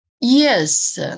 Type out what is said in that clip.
Yes